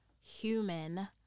human